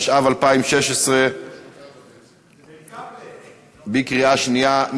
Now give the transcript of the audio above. התשע"ו 2016. קריאה שנייה,